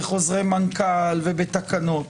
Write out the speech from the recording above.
בחוזרי מנכ"ל ובתקנות.